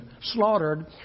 slaughtered